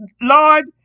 Lord